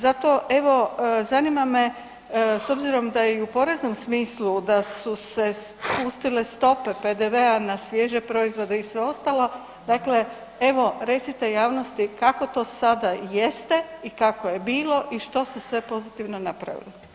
Zato evo zanima me s obzirom da je i u poreznom smislu da su se spustile stope PDV-a na svježe proizvode i sve ostalo dakle evo recite javnosti kako to sada jeste i kako je bilo i što se sve pozitivno napravilo.